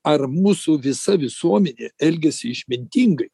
ar mūsų visa visuomenė elgiasi išmintingai